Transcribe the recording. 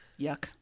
Yuck